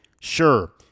sure